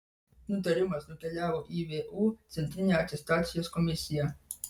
nutarimas nukeliavo į vu centrinę atestacijos komisiją